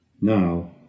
now